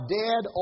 dead